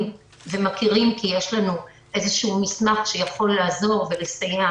ומכירים כי יש לנו איזשהו מסמך שיכול לעזור ולסייע